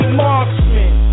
marksman